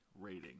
rating